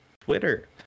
Twitter